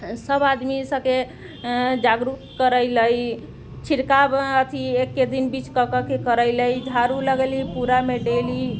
सब आदमी सबके जागरूक करै लेल छिड़काव अथी एके दिन बीच कऽ कऽके करै लए झाड़ू लगैली पूरामे डेली